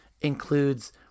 includes